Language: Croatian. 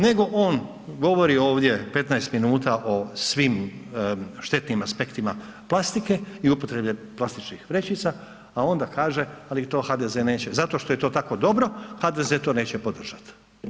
Nego on govori ovdje 15 min o svim štetnim aspektima plastike i upotrebe plastičnih vrećica a onda kaže ali to HDZ neće zato što je tako dobro, HDZ to neće podržat.